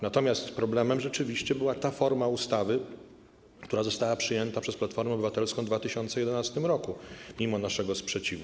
Natomiast problemem rzeczywiście była ta forma ustawy, która została przyjęta przez Platformę Obywatelską w 2011 r. mimo naszego sprzeciwu.